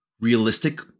realistic